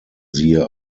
siehe